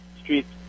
streets